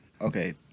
Okay